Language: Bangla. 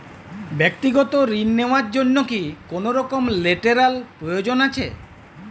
ব্যাক্তিগত ঋণ র জন্য কি কোনরকম লেটেরাল প্রয়োজন আছে?